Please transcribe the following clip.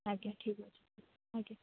ଆଜ୍ଞା ଠିକ୍ ଅଛି ଆଜ୍ଞା